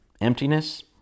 emptiness